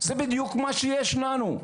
זה בדיוק מה שיש לנו.